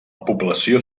població